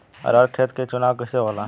अरहर के खेत के चुनाव कइसे होला?